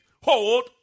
hold